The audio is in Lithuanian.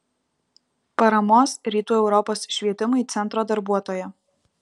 paramos rytų europos švietimui centro darbuotoja